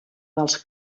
dels